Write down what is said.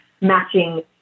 Matching